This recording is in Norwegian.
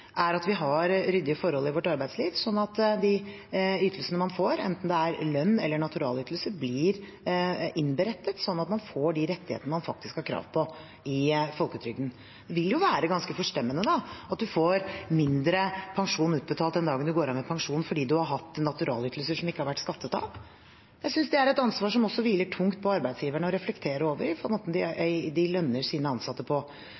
er at vi har ryddige forhold i vårt arbeidsliv, at de ytelsene man får, enten det er lønn eller naturalytelser, blir innberettet, sånn at man får de rettighetene man har krav på i folketrygden. Det vil jo være ganske forstemmende at man får mindre pensjon utbetalt den dagen man går av med pensjon, fordi man har hatt naturalytelser som det ikke har vært skattet av. Jeg synes det er et ansvar som også hviler tungt på arbeidsgiverne, å reflektere over måten de lønner sine ansatte på.